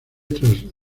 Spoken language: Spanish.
tras